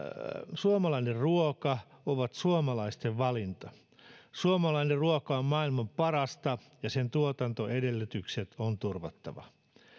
suomalainen ruoka ovat suomalaisten valinta suomalainen ruoka on maailman parasta ja sen tuotantoedellytykset on turvattava